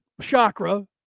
chakra